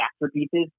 masterpieces